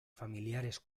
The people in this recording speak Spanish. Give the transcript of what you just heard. familiares